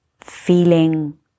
feeling